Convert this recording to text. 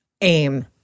aim